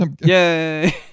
Yay